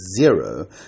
zero